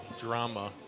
drama